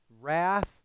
wrath